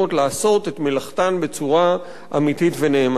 לעשות את מלאכתם בצורה אמיתית ונאמנה.